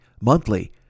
monthly